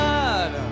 God